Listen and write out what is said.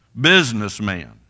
businessman